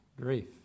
Grief